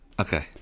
Okay